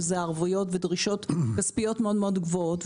שהם ערבויות ודרישות כספיות מאוד גבוהות,